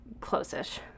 Close-ish